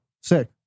Sick